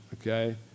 okay